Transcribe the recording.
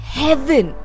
heaven